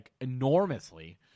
enormously